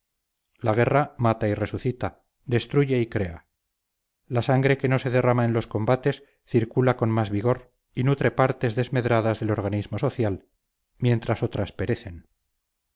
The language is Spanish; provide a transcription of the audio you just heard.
la guerra mata y resucita destruye y crea la sangre que no se derrama en los combates circula con más vigor y nutre partes desmedradas del organismo social mientras otras perecen